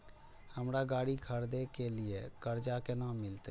हमरा गाड़ी खरदे के लिए कर्जा केना मिलते?